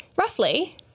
roughly